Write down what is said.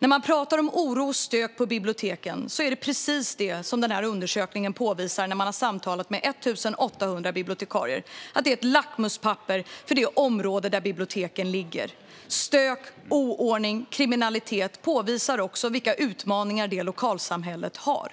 När man talar om oro och stök på biblioteken är det precis det här som undersökningen visar när man har samtalat med 1 800 bibliotekarier: Det här är ett lackmuspapper för det område där biblioteket ligger. Stök, oordning och kriminalitet visar också vilka utmaningar det lokalsamhället har.